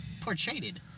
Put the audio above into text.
Portrayed